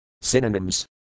Synonyms